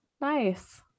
Nice